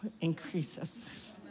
increases